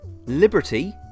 Liberty